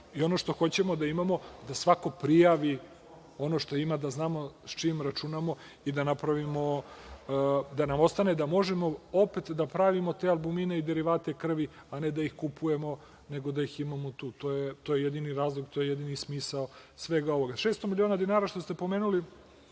da ono što hoćemo da imamo svako prijavi ono što ima, da znamo s čim računamo i da nam ostane da možemo opet da pravimo te albumine i derivate krvi, a ne da ih kupujemo, nego da ih imamo tu. To je jedini razlog i jedini smisao svega ovoga. Što ste pomenuli